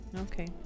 Okay